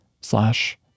slash